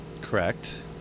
Correct